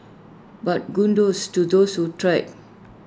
but kudos to those who tried